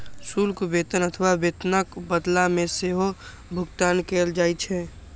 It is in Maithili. शुल्क वेतन अथवा वेतनक बदला मे सेहो भुगतान कैल जाइ छै